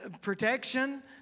protection